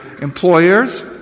employers